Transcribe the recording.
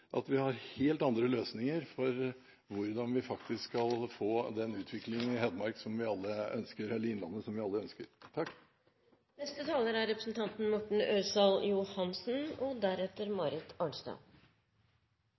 at vi har helt andre løsninger for hvordan vi skal få den utviklingen i Innlandet, som vi alle ønsker. Jeg vil først takke interpellanten for engasjementet. Vi